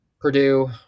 Purdue